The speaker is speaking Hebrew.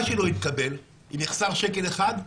מה שלא יתקבל, אם יחסר שקל אחד,